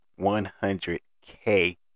100k